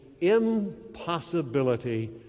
impossibility